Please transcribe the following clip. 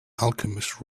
alchemist